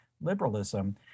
liberalism